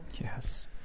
Yes